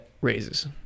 raises